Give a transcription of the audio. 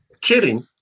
Kidding